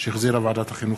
שהחזירה ועדת החינוך,